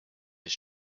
his